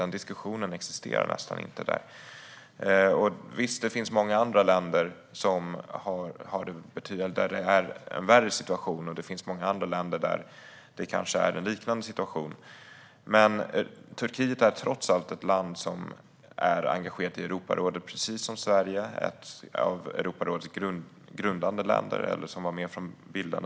Den diskussionen existerar nästan inte där. Visst, det finns många andra länder där det är en värre situation och det finns många andra länder där det kanske är en liknande situation, men Turkiet är trots allt ett land som är engagerat i Europarådet och, precis som Sverige, har varit med från det år det bildades.